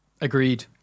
Agreed